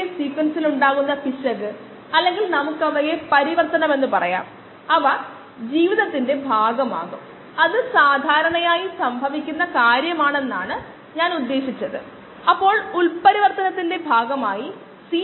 അത് ചെയ്യുന്നതിന് നമുക്ക് തിരിച്ചുപോയി ഡെസിമൽ റിഡക്ഷൻ സമയത്തിന്റെ വ്യുൽപ്പന്നത്തിന്റെ അടിസ്ഥാനം നോക്കാം